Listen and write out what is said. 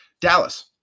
Dallas